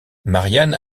marianne